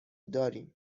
داریم